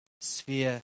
sphere